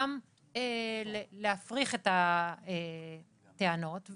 גם להפריך את הטענות,